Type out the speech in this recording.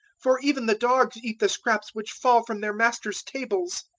for even the dogs eat the scraps which fall from their masters' tables.